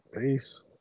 peace